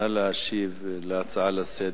נא להשיב על ההצעה לסדר-היום.